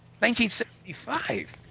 1975